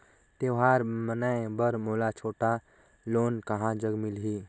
त्योहार मनाए बर मोला छोटा लोन कहां जग मिलही?